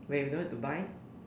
when we don't have to buy